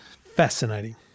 Fascinating